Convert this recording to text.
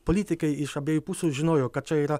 politikai iš abiejų pusių žinojo kad čia yra